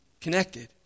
connected